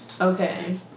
okay